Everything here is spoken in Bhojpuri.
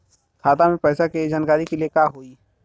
खाता मे पैसा के जानकारी के लिए का होई?